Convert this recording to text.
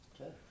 Okay